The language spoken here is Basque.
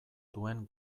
duen